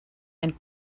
and